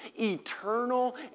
eternal